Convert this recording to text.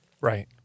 Right